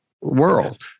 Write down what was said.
world